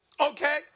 Okay